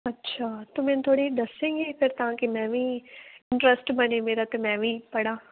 ਅੱਛਾ ਤੂੰ ਮੈਨੂੰ ਥੋੜ੍ਹੀ ਦੱਸੇਂਗੀ ਫਿਰ ਤਾਂ ਕਿ ਮੈਂ ਵੀ ਇੰਟਰਸਟ ਬਣੇ ਮੇਰਾ ਅਤੇ ਮੈਂ ਵੀ ਪੜ੍ਹਾਂ